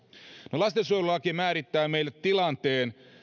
no lastensuojelulaki määrittää meille tilanteen